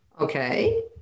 Okay